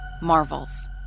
Marvels